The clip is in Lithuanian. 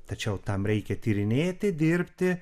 tačiau tam reikia tyrinėti dirbti